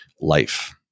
life